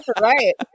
Right